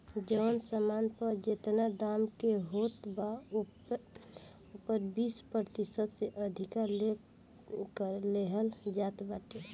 जवन सामान पअ जेतना दाम के होत बा ओपे बीस प्रतिशत से अधिका ले कर लेहल जात बाटे